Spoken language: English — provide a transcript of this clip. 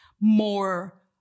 more